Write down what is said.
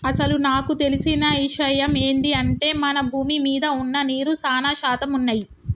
అసలు నాకు తెలిసిన ఇషయమ్ ఏంది అంటే మన భూమి మీద వున్న నీరు సానా శాతం వున్నయ్యి